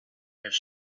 his